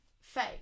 fake